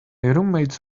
roommate’s